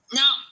now